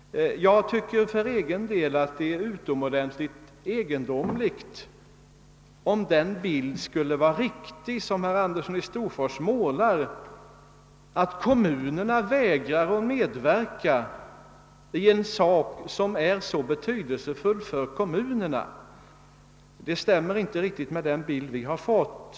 Jag tycker för egen del att det är utomordentligt egendomligt om det skulle vara riktigt — som herr Andersson i Storfors säger — att kommunerna vägrar att medverka i en sak som är så betydelsefull för kommunerna. Det stämmer inte riktigt med den bild vi fått.